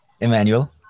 Emmanuel